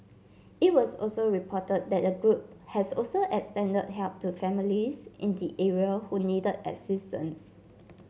it was also reported that the group has also extended help to families in the area who needed assistance